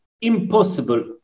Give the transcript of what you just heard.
impossible